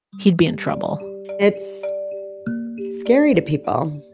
he'd be in trouble it's scary to people,